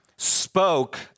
spoke